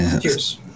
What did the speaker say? Cheers